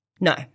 no